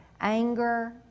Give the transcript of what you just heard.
anger